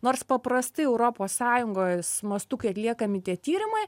nors paprastai europos sąjungos mastu kai atliekami tie tyrimai